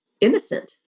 innocent